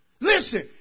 listen